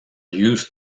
used